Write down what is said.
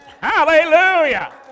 Hallelujah